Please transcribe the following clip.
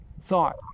thought